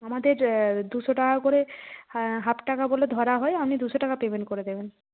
আমাদের দুশো টাকা করে হাফ টাকাগুলো ধরা হয় আপনি দুশো টাকা পেমেন্ট করে দেবেন